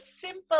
simple